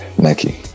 Nike